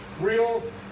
Real